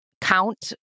count